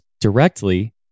directly